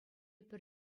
пӗр